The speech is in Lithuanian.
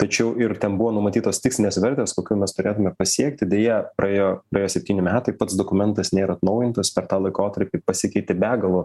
tačiau ir ten buvo numatytos tikslinės vertės kokių mes turėtume pasiekti deja praėjo praėjo septyni metai pats dokumentas nėra atnaujintas per tą laikotarpį pasikeitė begalo